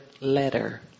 letter